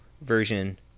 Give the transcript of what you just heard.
version